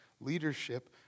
leadership